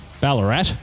Ballarat